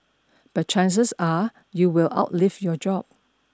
but chances are you will outlive your job